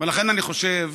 לכן אני חושב